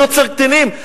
מי עוצר קטינים?